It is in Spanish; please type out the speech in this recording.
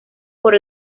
por